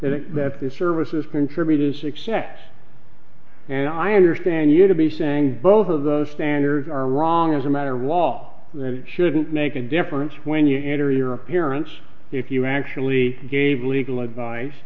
that that the services contributed to success and i understand you to be saying both of those standards are wrong as a matter wall shouldn't make a difference when you enter your appearance if you actually gave legal advice